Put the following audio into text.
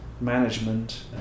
management